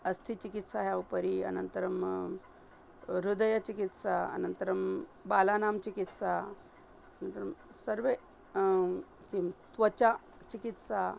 अस्तिचिकित्सायाः उपरि अनन्तरं हृदयचिकित्सा अनन्तरं बालानां चिकित्सा अनन्तरं सर्वे किं त्वचा चिकित्सा